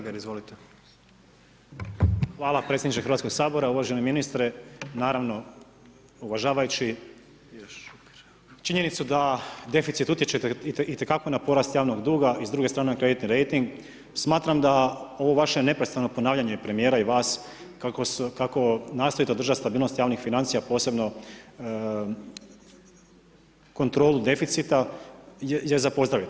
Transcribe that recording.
Hvala predsjedniče Hrvatskog sabora, uvaženi ministre naravno uvažavajući činjenicu da deficit utječe i te kako na porast javnog duga i s druge strane na kreditni rejting smatram da ovo vaše neprestano ponavljanje premijera i vas kako nastojite održati stabilnost javnih financija posebno kontrolu deficita je za pozdraviti.